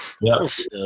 Yes